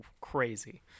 crazy